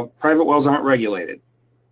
ah private wells aren't regulated